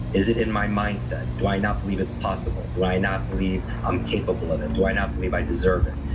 is it in my mindset? do i not believe it's possible? do i not believe i'm capable of it? do i not believe i deserve it?